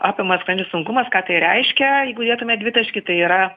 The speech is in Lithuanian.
apima skrandžio sunkumas ką tai reiškia jeigu dėtume dvitaškį tai yra